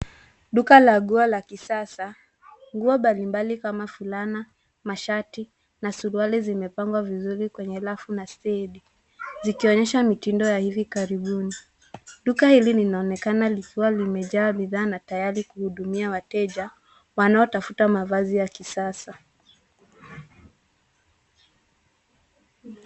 Duka la nguo la kisasa. Nguo mbalimbali kama fulana, mashati na suruali zimepangwa vizuri kwenye rafu na stendi zikionyesha mitindo ya hivi karibuni. Duka hili linaonekana likiwa limejaa bidhaa na tayari kuhudumia wateja wanaotafuta mavazi ya kisasa.